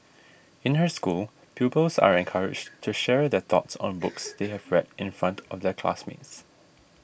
in her school pupils are encouraged to share their thoughts on books they have read in front of their classmates